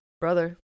brother